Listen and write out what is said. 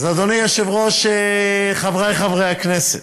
אדוני היושב-ראש, חברי חברי הכנסת,